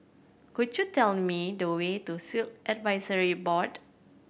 could you tell me the way to Sikh Advisory Board